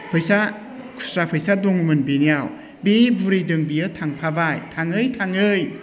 फैसा खुस्रा फैसा दङमोन बिनियाव बि बुरैजों बियो थांफाबाय थाङै थाङै